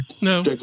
No